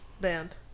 band